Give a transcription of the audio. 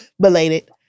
Belated